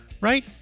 right